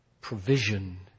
provision